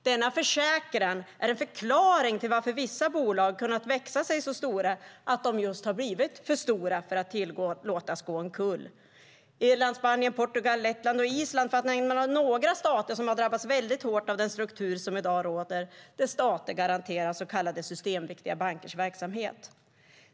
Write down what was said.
Denna försäkran är en förklaring till att vissa bolag kunnat växa sig så stora att de blivit för stora för att tillåtas gå omkull. Irland, Spanien, Portugal, Lettland och Island är några stater som drabbats väldigt hårt av den struktur som i dag råder, där stater garanterar så kallade systemviktiga bankers verksamhet.